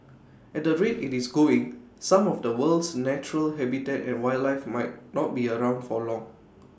at the rate IT is going some of the world's natural habitat and wildlife might not be around for long